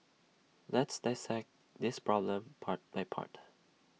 let's dissect this problem part by part